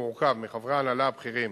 המורכב מחברי ההנהלה הבכירים